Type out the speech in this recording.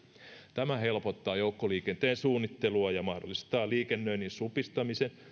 tämä helpottaa joukkoliikenteen suunnittelua ja mahdollistaa liikennöinnin supistamisen